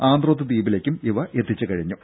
ആന്ത്രോത്ത് ദ്വീപിലേക്കും ഇവ എത്തിച്ചുകഴിഞ്ഞു